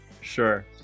Sure